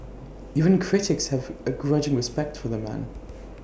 even critics have A grudging respect for the man